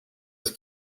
his